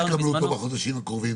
מה פירוש יקבלו אותו בחודשים הקרובים?